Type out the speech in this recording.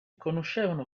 conoscevano